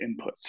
inputs